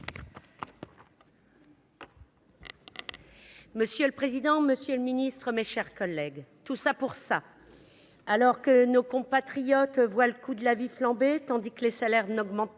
Monsieur le président, monsieur le ministre, mes chers collègues, tout ça pour ça ! Alors que nos compatriotes voient le coût de la vie flamber, tandis que les salaires n'augmentent